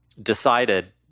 decided